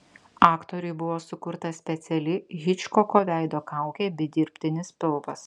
aktoriui buvo sukurta speciali hičkoko veido kaukė bei dirbtinis pilvas